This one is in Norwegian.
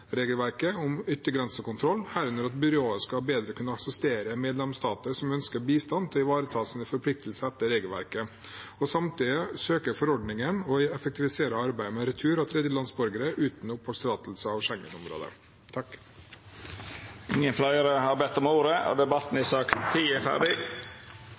om yttergrensekontroll, herunder at byrået bedre skal kunne assistere medlemsstater som ønsker bistand til å ivareta sine forpliktelser etter regelverket. Samtidig søker forordningen å effektivisere arbeidet med retur av tredjelandsborgere uten oppholdstillatelse i Schengen-området. Fleire har ikkje bedt om ordet til sak nr. 10. Etter ynske frå transport- og